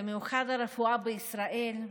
במיוחד הרפואה בישראל,